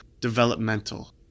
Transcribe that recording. developmental